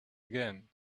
again